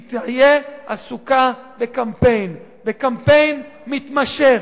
היא תהיה עסוקה בקמפיין, בקמפיין מתמשך.